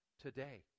today